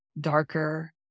darker